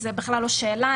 זו בכלל לא שאלה.